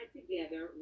together